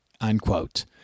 unquote